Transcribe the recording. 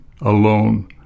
alone